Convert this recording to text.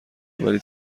ولی